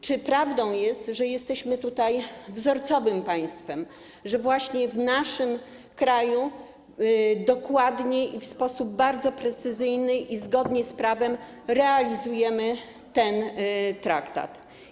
Czy prawdą jest, że jesteśmy tutaj wzorcowym państwem, że właśnie w naszym kraju dokładnie i w sposób bardzo precyzyjny i zgodnie z prawem realizujemy ten traktat?